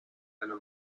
einer